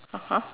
(uh huh)